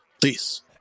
please